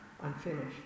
unfinished